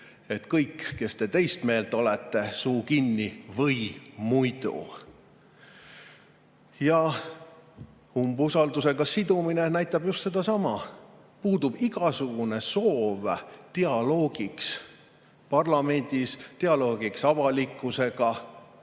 Kõik, kes te teist meelt olete, suu kinni või muidu ... Ja umbusaldusega sidumine näitab just sedasama. Puudub igasugune soov dialoogiks parlamendis, dialoogiks avalikkusega.